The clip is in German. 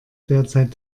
derzeit